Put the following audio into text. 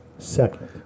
Second